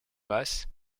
masse